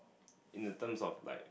in the terms of like